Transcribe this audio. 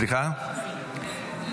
סליחה,